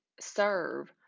serve